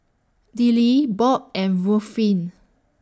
Dillie Bob and Ruffin